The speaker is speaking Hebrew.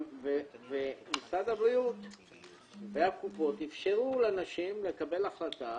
ומשרד הבריאות והקופות אפשרו לנשים לקבל החלטה